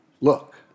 look